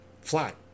flat